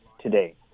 today